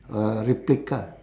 a replica